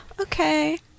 okay